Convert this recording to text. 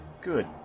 Good